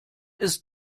ist